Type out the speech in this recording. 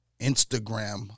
Instagram